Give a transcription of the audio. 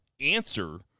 answer